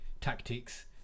tactics